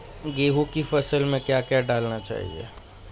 गेहूँ की फसल में क्या क्या डालना चाहिए?